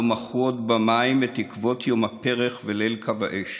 לא מחו עוד במים / את עקבות יום הפרך וליל קו האש.